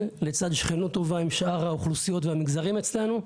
לצד שכנות טובה עם שאר האוכלוסיות והמגזרים אצלנו.